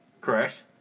Correct